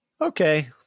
Okay